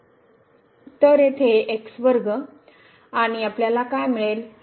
तर येथे आणि आपल्याला काय मिळेल